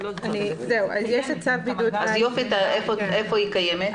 איפה היא קימת?